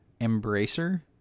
Embracer